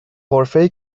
غرفه